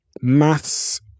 Maths